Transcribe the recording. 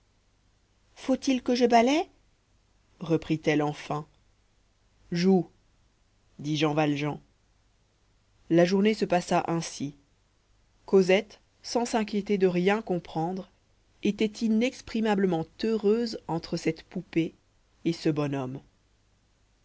faut-il que je balaye reprit-elle enfin joue dit jean valjean la journée se passa ainsi cosette sans s'inquiéter de rien comprendre était inexprimablement heureuse entre cette poupée et ce bonhomme